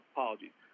Apologies